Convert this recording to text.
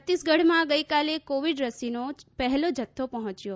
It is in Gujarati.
છત્તીસગઢમાં ગઈકાલે કોવિડ રસીનો પહેલો જથ્થો પહોંચ્યો